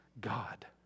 God